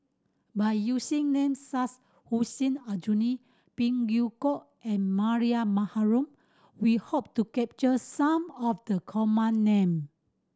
by using names Hussein Aljunied Phey Yew Kok and Mariam Baharom we hope to capture some of the common name